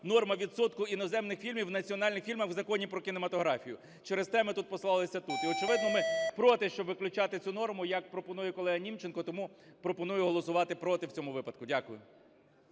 норма відсотку іноземних фільмів в національних фільмах в Законі "Про кінематографію". Через те ми тут посилалися. І очевидно ми проти, щоб виключати цю норму, як пропонує колега Німченко. Тому пропоную голосувати "проти" в цьому випадку. Дякую.